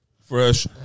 Fresh